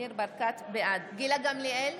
גילה גמליאל,